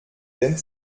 dehnt